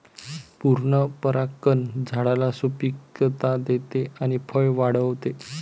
पूर्ण परागकण झाडाला सुपिकता देते आणि फळे वाढवते